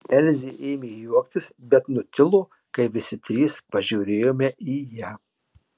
elzė ėmė juoktis bet nutilo kai visi trys pažiūrėjome į ją